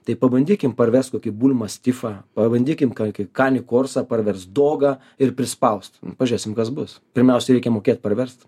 tai pabandykim parvest kokį bulmastifą pabandykim ka kanį korsą parverst dogą ir prispaust pažiūrėsim kas bus pirmiausia reikia mokėt parverst